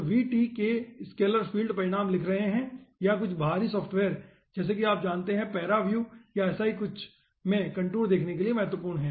तो vtkscalarfield परिणाम लिख रहे है या कुछ बाहरी सॉफ़्टवेयर जैसे कि आप जानते है paraview या ऐसा ही कुछ में कंटूर देखने के लिए महत्वपूर्ण है